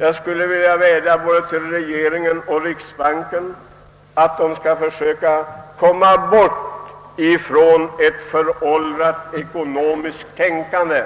Jag vädjar till både regeringen och riksbanken att försöka komma bort från ett föråldrat ekonomiskt tänkande,